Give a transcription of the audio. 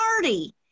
party